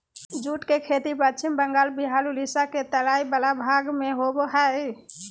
jute के खेती पश्चिम बंगाल बिहार उड़ीसा के तराई वला भाग में होबो हइ